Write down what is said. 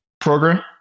Program